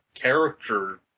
character